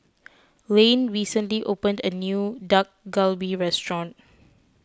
Layne recently opened a new Dak Galbi restaurant